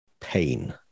Pain